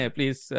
Please